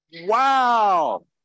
Wow